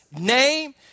name